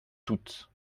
toute